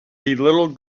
little